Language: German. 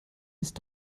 ist